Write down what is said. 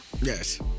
Yes